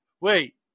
wait